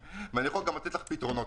אני גם יכול לתת לך את הפתרונות.